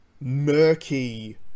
murky